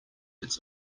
its